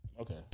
Okay